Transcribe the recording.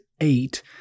eight